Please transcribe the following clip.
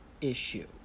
issue